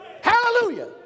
Hallelujah